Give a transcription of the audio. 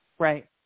Right